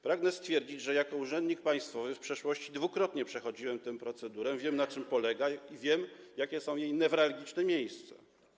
Pragnę stwierdzić, że jako urzędnik państwowy w przeszłości dwukrotnie przechodziłem tę procedurę, wiem, na czym ona polega, i wiem, jakie są jej newralgiczne miejsca.